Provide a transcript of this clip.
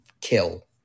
kill